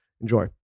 Enjoy